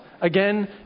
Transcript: again